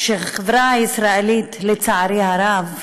שהחברה הישראלית, לצערי הרב,